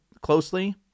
closely